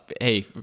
Hey